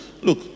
Look